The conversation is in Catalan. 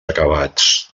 acabats